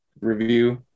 review